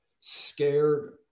scared